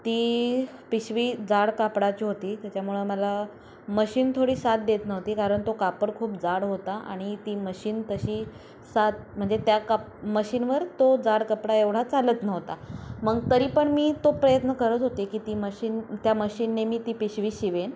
ती पिशवी जाड कापडाची होती त्याच्यामुळं मला मशीन थोडी साथ देत नव्हती कारण तो कापड खूप जाड होता आणि ती मशीन तशी सात म्हणजे त्या का मशीनवर तो जाड कपडा एवढा चालत नव्हता मग तरी पण मी तो प्रयत्न करत होते की ती मशीन त्या मशीनने मी ती पिशवी शिवेन